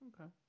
Okay